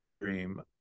dream